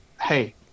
hey